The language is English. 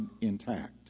intact